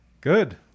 good